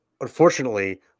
unfortunately